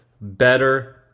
better